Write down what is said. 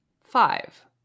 Five